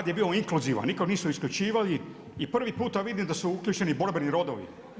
je rad bio inkluzivan, nikog nisu isključivali i prvi pita vidim da su uključeni borbeni rodovi.